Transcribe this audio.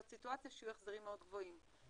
סיטואציה שיהיו החזרים מאוד גבוהים.